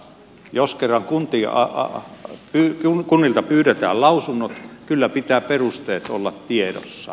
jos kerran kunnilta pyydetään lausunnot kyllä pitää perusteiden olla tiedossa